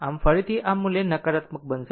આમ ફરીથી આ મૂલ્ય નકારાત્મક બનશે